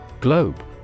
Globe